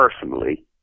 personally